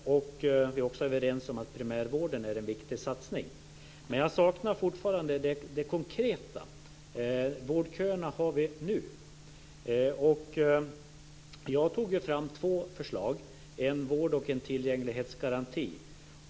Vi är också överens om att primärvården är en viktig satsning. Men jag saknar fortfarande det konkreta. Vårdköerna har vi nu. Jag tog upp två förslag. Det ena gällde en vård och tillgänglighetsgaranti.